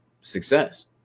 success